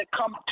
Come